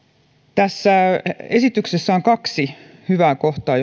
tässä esityksessä on kaksi hyvää kohtaa